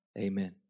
Amen